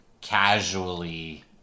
casually